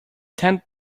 tend